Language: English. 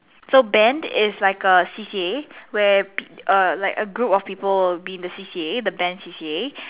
so band is like a C_C_A where err like a group of people will be in the C_C_A the band C_C_A